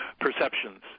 perceptions